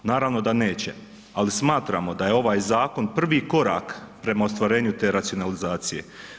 Naravno da neće, ali smatramo da je ovaj zakon prvi korak prema ostvarenju te racionalizacije.